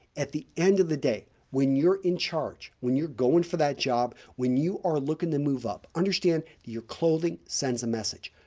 at the end of the day, when you're in charge when you're going for that job when you are looking to move up, understand your clothing sends a message.